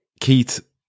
Keith